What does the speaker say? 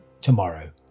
tomorrow